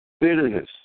Bitterness